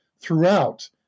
throughout